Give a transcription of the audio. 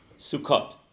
Sukkot